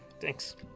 Thanks